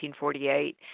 1948